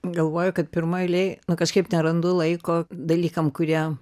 galvoju kad pirmoj eilėj na kažkaip nerandu laiko dalykam kurie